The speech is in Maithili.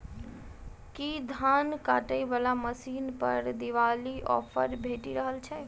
की धान काटय वला मशीन पर दिवाली ऑफर भेटि रहल छै?